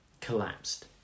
collapsed